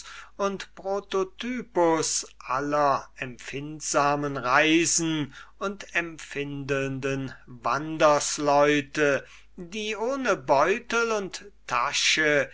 und prototypus aller empfindsamen reisen und empfindelnden wandersleute die ohne beutel und